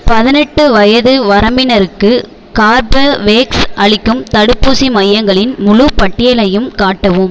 பதினெட்டு வயது வரம்பினருக்கு கார்பவேக்ஸ் அளிக்கும் தடுப்பூசி மையங்களின் முழுப் பட்டியலையும் காட்டவும்